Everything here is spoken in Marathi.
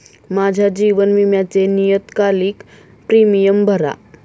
माझ्या जीवन विम्याचे नियतकालिक प्रीमियम भरा